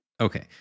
Okay